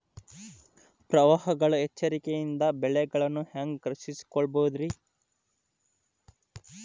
ಪ್ರವಾಹಗಳ ಎಚ್ಚರಿಕೆಯಿಂದ ಬೆಳೆಗಳನ್ನ ಹ್ಯಾಂಗ ರಕ್ಷಿಸಿಕೊಳ್ಳಬಹುದುರೇ?